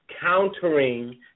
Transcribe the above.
countering